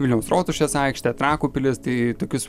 vilniaus rotušės aikštę trakų pilis tai tokius